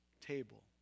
table